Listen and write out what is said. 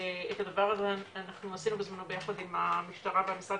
את הדבר הזה אנחנו עשינו בזמנו יחד עם המשטרה והמשרד